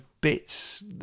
bits